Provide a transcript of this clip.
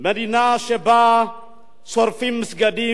אדוני, מדינה שבה שורפים מסגדים,